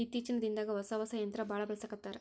ಇತ್ತೇಚಿನ ದಿನದಾಗ ಹೊಸಾ ಹೊಸಾ ಯಂತ್ರಾ ಬಾಳ ಬಳಸಾಕತ್ತಾರ